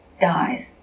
dies